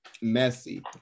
messy